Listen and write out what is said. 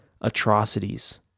atrocities